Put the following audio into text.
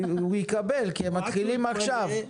הוא יקבל כי הם מתחילים עכשיו.